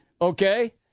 okay